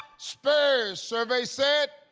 spurs. survey said.